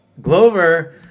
Glover